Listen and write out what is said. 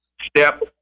step